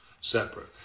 separate